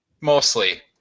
mostly